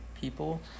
people